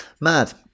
mad